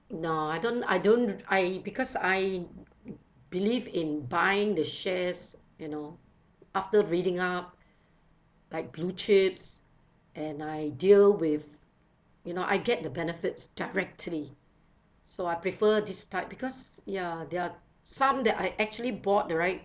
no I don't I don't I because I believe in buying the shares you know after reading up like blue chips and I deal with you know I get the benefits directly so I prefer this type because ya there are some that I actually bought right